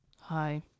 Hi